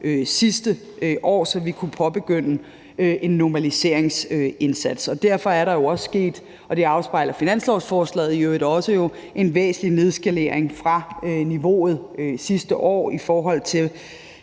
sidste år, så vi kunne påbegynde en normaliseringsindsats. Og derfor er der jo også sket – det afspejler finanslovsforslaget i øvrigt også – en væsentlig nedskalering fra niveauet sidste år, i forhold til